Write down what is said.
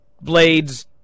blades